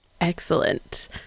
Excellent